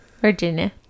Virginia